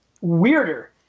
weirder